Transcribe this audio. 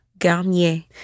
Garnier